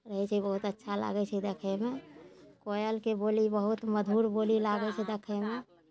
रहै छै बहुत अच्छा लागै छै देखैमे कोयलके बोली बहुत मधुर बोली लागै छै देखैमे